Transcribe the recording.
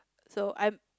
so I'm